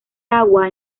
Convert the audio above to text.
agua